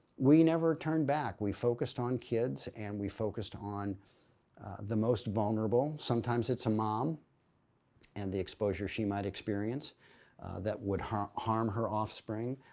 we never turned back. we focused on kids and we focused on the most vulnerable. sometimes, it's a mom and the exposure she might experience that would harm harm her offspring.